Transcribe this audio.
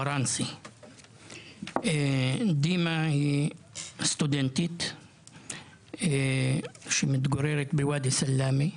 דימא היא סטודנטית שמתגוררת בוואדי סאלמה.